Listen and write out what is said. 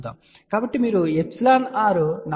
కాబట్టి మీకు εr 4